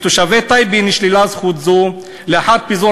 מתושבי טייבה נשללה זכות זו לאחר פיזור